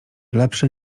lepszy